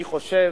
אני חושב,